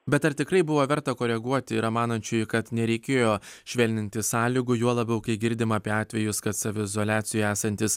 bet ar tikrai buvo verta koreguoti yra manančiųjų kad nereikėjo švelninti sąlygų juo labiau kai girdim apie atvejus kad saviizoliacijoj esantys